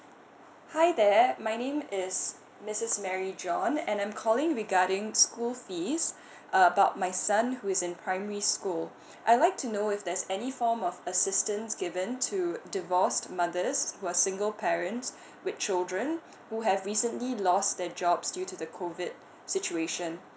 hi there my name is misses Mary John and I'm calling regarding school fees uh about my son who is in primary school I like to know if there's any form of assistance given to divorced mothers who are single parent with children who have recently lost their jobs due to the COVID situation